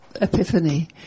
epiphany